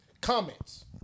Comments